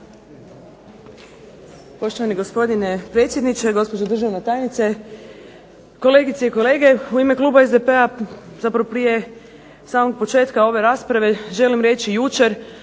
Poštovani gospodine predsjedniče, poštovana državna tajnice, kolegice i kolege. U ime kluba SDP-a zapravo prije samog početka ove rasprave želim reći jučer,